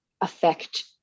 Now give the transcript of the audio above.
affect